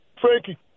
Frankie